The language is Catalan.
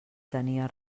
tenia